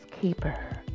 keeper